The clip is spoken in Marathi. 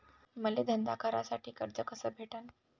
मले धंदा करासाठी कर्ज कस भेटन?